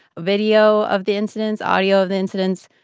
video of the incidents, audio of the incidents,